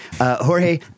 Jorge